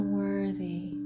worthy